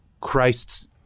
Christ's